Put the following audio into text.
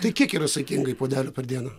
tai kiek yra saikingai puodelių per dieną